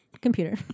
computer